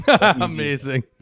Amazing